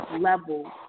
level